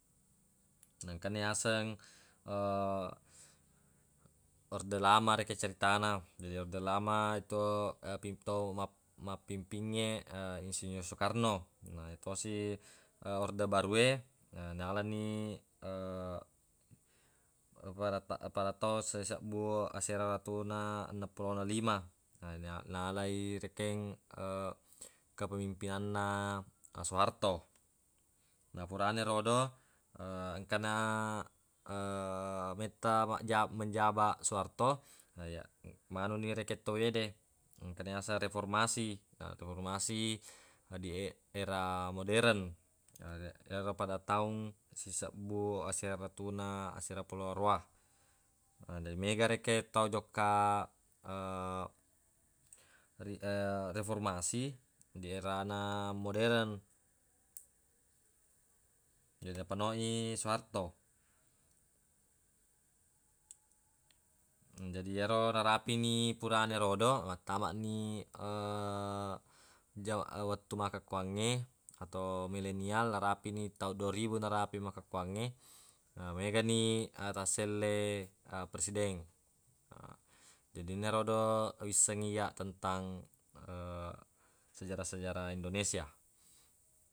Na engkana yaseng orde lama rekeng ceritana, jadi orde lama to to mappimpingnge insinyur Sukarno na yetosi orde barue nalani pada ta- pada taung sisebbu asera ratuna enneng pulona lima. Na nalai rekeng kepemimpinanna Suharto, na furana erodo engkana metta majjama- menjabaq Suharto naya- manuni rekeng tawwede engkana yaseng reformasi na etu reformasi die- era moderen na ye- pada taung sisebbu asera ratuna asera pulona aruwa. Jadi mega rekeng tau jokka ri reformasi di erana moderen, jadi napeno i Suharto. Na jadi yerona narapini purana erodo mattamani ja- wettu makkakuangnge atau milenial narapini taung dua ribu narapi makkukuangnge he megani tasselle persideng. Jadi enarodo wisseng iyya tentang sejara-sejarana indonesia.